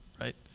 right